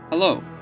Hello